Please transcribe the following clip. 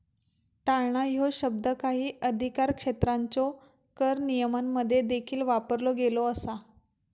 टाळणा ह्यो शब्द काही अधिकारक्षेत्रांच्यो कर नियमांमध्ये देखील वापरलो गेलो असा